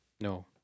No